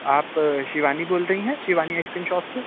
आप शिवानी बोल रही हैं शिवानी आइसक्रीम शॉप से